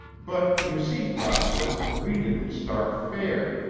but, you see, prosper, we didn't start fair.